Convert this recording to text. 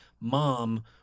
mom